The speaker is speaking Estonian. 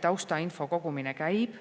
taustainfo kogumine käib